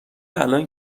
الان